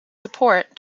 support